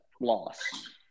loss